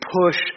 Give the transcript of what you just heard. push